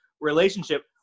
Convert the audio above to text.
relationship